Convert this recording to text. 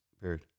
period